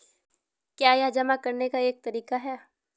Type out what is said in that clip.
क्या यह जमा करने का एक तरीका है?